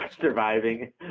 surviving